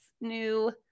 new